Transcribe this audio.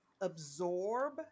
absorb